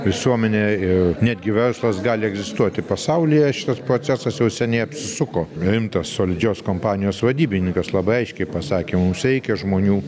visuomenė ir netgi verslas gali egzistuoti pasaulyje šitas procesas jau seniai apsisuko rimtas solidžios kompanijos vadybininkas labai aiškiai pasakė mums reikia žmonių